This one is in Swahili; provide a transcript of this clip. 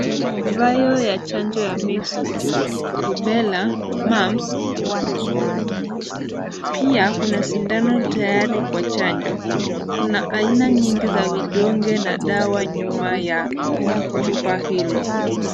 Vayo ya chanjo ya measles , rubella , mumps , pia kuna sindano tayari kwa chanjo. Kuna aina nyingi za vidonge na dawa nyuma ya chupa hilo.